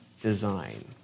design